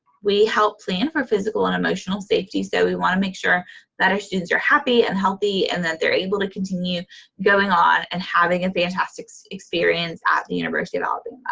we help plan for physical and emotional safety, so we wanna make sure that our students are happy and healthy and that they're able to continue going on and having a fantastic experience at the university of alabama.